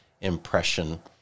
impression